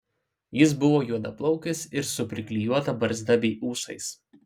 jis buvo juodaplaukis ir su priklijuota barzda bei ūsais